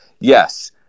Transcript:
Yes